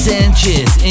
Sanchez